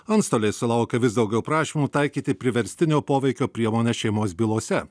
antstoliai sulaukia vis daugiau prašymų taikyti priverstinio poveikio priemonę šeimos bylose